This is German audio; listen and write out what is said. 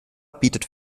bietet